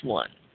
one